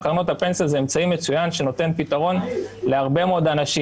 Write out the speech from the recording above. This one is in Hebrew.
קרנות הפנסיה זה אמצעי מצוין שנותן פתרון להרבה מאוד אנשים.